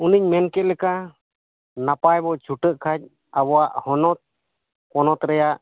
ᱚᱱᱮᱧ ᱢᱮᱱᱠᱮᱫ ᱞᱮᱠᱟ ᱱᱟᱯᱟᱭ ᱵᱚ ᱪᱷᱩᱴᱟᱹᱜ ᱠᱷᱟᱱ ᱟᱵᱚᱣᱟᱜ ᱦᱚᱱᱚᱛ ᱯᱚᱱᱚᱛ ᱨᱮᱭᱟᱜ